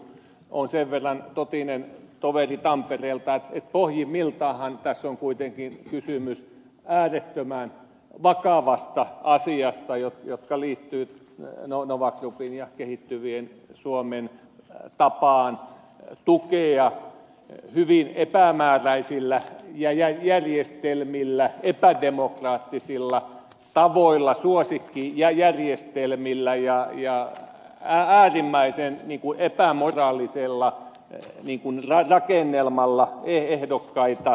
olen sen verran totinen toveri tampereelta että pohjimmiltaanhan tässä on kuitenkin kysymys äärettömän vakavista asioista jotka liittyvät nova groupin ja kehittyvien maakuntien suomen tapaan tukea hyvin epämääräisillä järjestelmillä epädemokraattisilla tavoilla suosikkijärjestelmillä ja äärimmäisen epämoraalisella rakennelmalla ehdokkaita